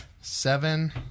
seven